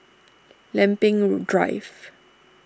Lempeng Drive